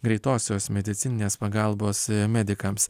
greitosios medicininės pagalbos medikams